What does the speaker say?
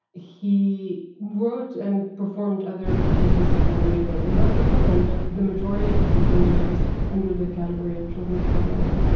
he wrote and performed other pieces for radio that were not for children, but the majority of his work on radio was under the category of children's programming.